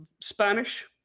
Spanish